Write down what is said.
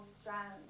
strands